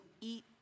eat